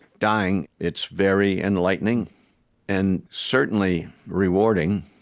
dying it's very enlightening and certainly rewarding.